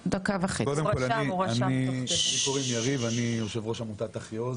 אני יושב-ראש עמותת "אחי עוז",